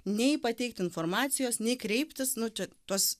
nei pateikti informacijos nei kreiptis nu čia tuos